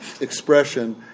expression